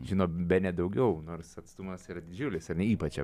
žino bene daugiau nors atstumas yra didžiulis ypač apie